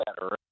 better